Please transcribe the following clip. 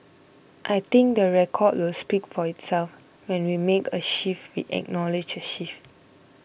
I think the record will speak for itself when we make a shift we acknowledge a shift